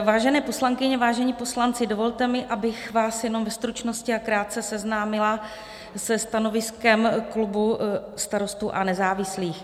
Vážené poslankyně, vážení poslanci, dovolte mi, abych vás jenom ve stručnosti a krátce seznámila se stanoviskem klubu Starostů a nezávislých.